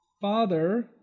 father